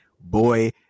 Boy